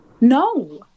No